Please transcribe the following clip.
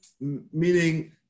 meaning